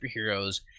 superheroes